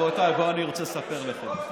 רבותיי, בואו, אני רוצה לספר לכם.